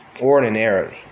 ordinarily